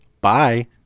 Bye